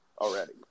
already